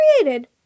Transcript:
created